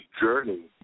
journey